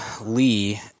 Lee